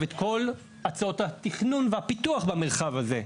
את כל הצעות התכנון והפיתוח במרחב הזה.